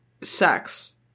sex